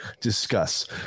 discuss